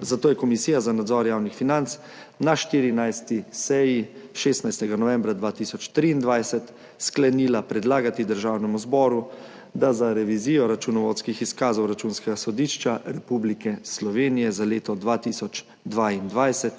Zato je Komisija za nadzor javnih financ na 14. seji 16. novembra 2023 sklenila predlagati državnemu zboru, da za revizijo računovodskih izkazov Računskega sodišča Republike Slovenije za leto 2022